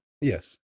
Yes